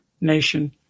nation